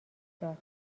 داد